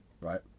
right